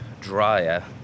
drier